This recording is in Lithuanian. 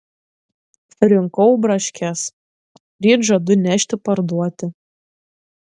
rinkau braškes ryt žadu nešti parduoti